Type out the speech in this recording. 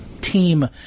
team